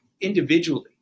individually